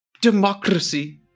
Democracy